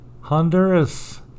Honduras